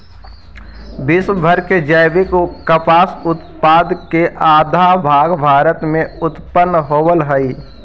विश्व भर के जैविक कपास उत्पाद के आधा भाग भारत में उत्पन होवऽ हई